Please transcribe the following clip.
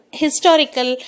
historical